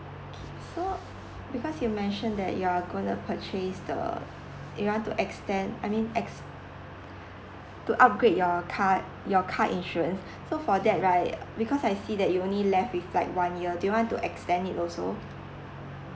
so because you mentioned that you're gonna purchase the you want me to extend I mean ex~ to upgrade your car your car insurance so for that right because I see that you only left with like one year do you want to extend it also